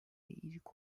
ilk